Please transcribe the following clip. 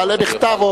תעלה בכתב,